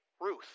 Ruth